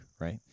right